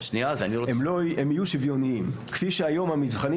הם יהיו שוויוניים כפי שהיום המבחנים